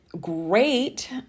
great